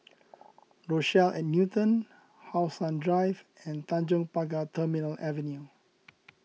Rochelle at Newton How Sun Drive and Tanjong Pagar Terminal Avenue